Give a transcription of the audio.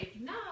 No